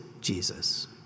Jesus